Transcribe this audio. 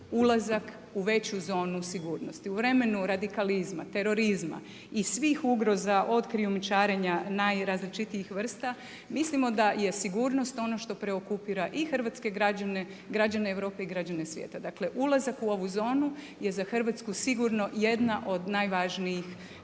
ulazak u veću zonu sigurnosti. U vremenu radikalizma, terorizma i svih ugroza od krijumčarenja najrazličitijih vrsta mislimo da je sigurnost ono što preokupira i hrvatske građane, građane Europe i građane svijeta. Dakle, ulazak u ovu zonu je za Hrvatsku sigurno jedna od najvažnijih